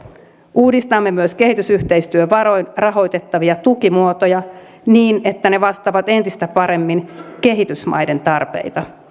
uudistamme myös kehitysyhteistyövaroin rahoitettavia tukimuotoja niin että ne vastaavat entistä paremmin kehitysmaiden tarpeita